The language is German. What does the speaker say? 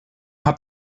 habt